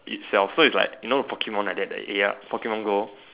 itself so it's like you know Pokemon like the a R Pokemon go